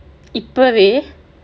இப்பவே:ippavae